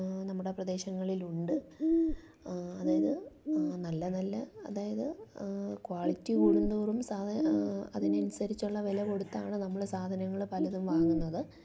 നമ്മുടെ പ്രദേശങ്ങളിലുണ്ട് അതായത് നല്ല നല്ല അതായത് ക്വാളിറ്റി കൂടുംതോറും സാധാ അതിനനുസരിച്ചുള്ള വില കൊടുത്താണ് നമ്മള് സാധനങ്ങള് പലതും വാങ്ങുന്നത്